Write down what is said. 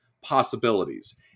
possibilities